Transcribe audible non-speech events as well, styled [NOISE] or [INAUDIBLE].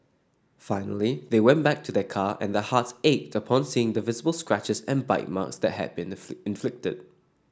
finally they went back to their car and their hearts ached upon seeing the visible scratches and bite marks that had been [UNINTELLIGIBLE] inflicted